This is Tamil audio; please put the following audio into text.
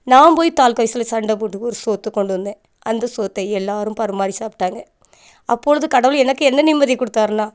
நான் போய் தாலுக்கா ஆபிஸில் சண்டை போட்டு ஒரு சோற்றை கொண்டு வந்தேன் அந்த சோற்றை எல்லோரும் பரிமாறி சாப்பிட்டாங்க அப்பொழுது கடவுள் எனக்கு என்ன நிம்மதி கொடுத்தாருன்னா